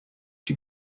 die